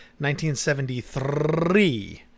1973